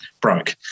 broke